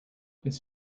it’s